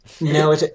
No